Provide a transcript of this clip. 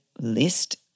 list